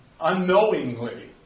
unknowingly